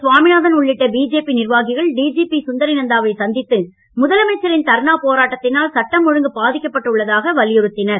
சுவாமிநாதன் உள்ளிட்ட பிஜேபி நிர்வாகிகள் டிஜிபி சுந்தரி நந்தாவை சந்தித்து முதலமைச்சரின் தர்ணா போராட்டத்தினால் சட்டம் ஒழுங்கு பாதிக்கப்பட்டு உள்ளதாக வலியுறுத்தினார்